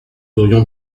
aurions